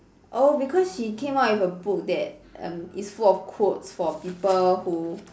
oh because she came out with a book that um is full of quotes for people who